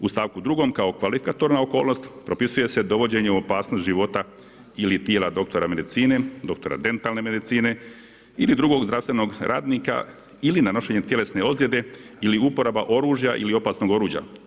U st. 2. kao kvalikatorna okolnost propisuje se dovođenje u opasnost života ili tijela doktora medicine, doktora dentalne medicine ili drugog zdravstvenog radnika ili nanošenje tjelesne ozljede ili uporaba oružja ili opasnog oruđa.